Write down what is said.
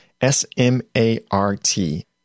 S-M-A-R-T